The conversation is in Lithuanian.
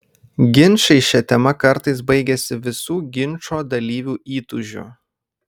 ginčai šia tema kartais baigiasi visų ginčo dalyvių įtūžiu